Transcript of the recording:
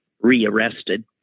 re-arrested